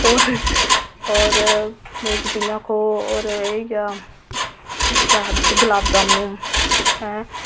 और में जि'यां आक्खो एह् होई गेआ केह् आखदे उसी गुलाब जामनू ऐ